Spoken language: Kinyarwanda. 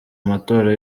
matora